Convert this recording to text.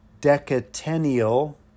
decennial